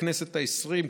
בכנסת העשרים,